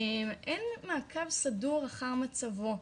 אין מעקב סדור אחר מצבו.